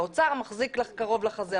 האוצר מחזיק קרוב לחזה,